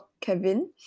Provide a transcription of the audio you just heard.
Kevin